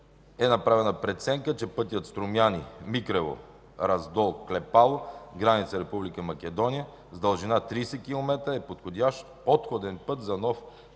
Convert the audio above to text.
е направена преценка, че пътят Струмяни – Микрево – Раздол – Клепало, граница Република Македония с дължина 30 км е подходящ обходен път за нов КПП.